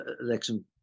election